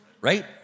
right